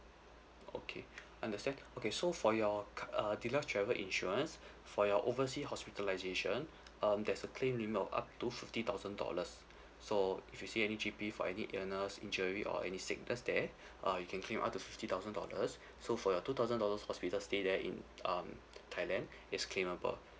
okay understand okay so for your cur~ uh deluxe travel insurance for your oversea hospitalisation um there's a claim limit of up to fifty thousand dollars so if you see any G_P for any illness injury or any sickness there uh you can claim up to fifty thousand dollars so for your two thousand dollars hospital stay there in um thailand is claimable